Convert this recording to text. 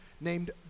named